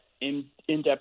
in-depth